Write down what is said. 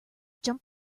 jump